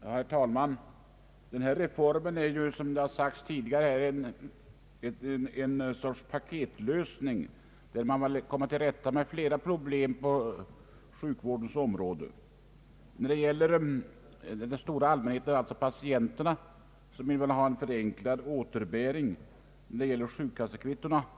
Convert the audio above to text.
Herr talman! Denna reform är ju som här tidigare sagts en sorts paketlösning, som innebär att man kommer till rätta med flera problem på sjukvårdens område. För den stora allmänheten, alltså patienterna, vill man införa ett förenklat återbäringssystem vad beträffar sjukkassekvittona.